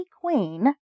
Queen